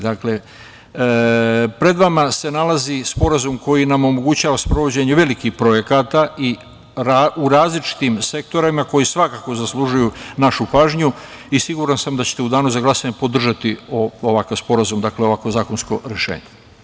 Dakle, pred vama se nalazi sporazum koji nam omogućava sprovođenje velikih projekata u različitim sektorima koji svakako zaslužuju našu pažnju i siguran sam da ćete u danu za glasanje podržati ovakav sporazum, dakle ovakvo zakonsko rešenje.